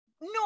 no